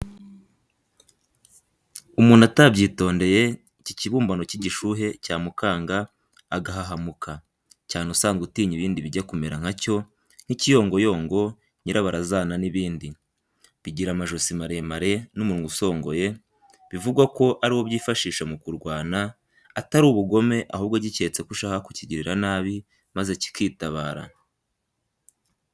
Umuntu atabyitondeye iki kibumbano k'igishuhe cyamukanga agahahamuka, cyane usanzwe utinya ibindi bijya kumera nka cyo, nk'ikiyongoyongo, nyirabarazana n'ibindi; bigira amajosi maremare n'umunwa usongoye, bivugwa ko ariwo byifashisha mu kurwana, atari ubugome ahubwo giketse ko ushaka kukigirira nabi, maze cyikitabara.